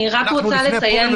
אני רק רוצה לציין,